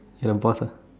you're the boss lah